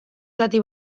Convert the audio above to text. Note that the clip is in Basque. zati